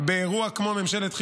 באירוע כמו ממשלת חילופים.